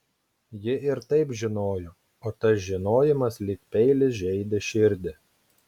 ji ir taip žinojo o tas žinojimas lyg peilis žeidė širdį